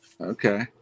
okay